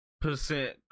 Percent